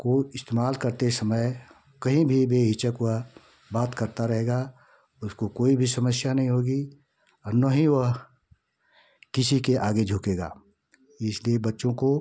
को इस्तेमाल करते समय कहीं भी बेहिचक हुआ बात करता रहेगा उसको कोई भी समस्या नहीं होगी और न ही वह किसी के आगे झुकेगा इसलिए बच्चों को